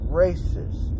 racist